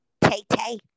Tay-Tay